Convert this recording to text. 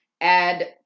add